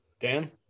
Dan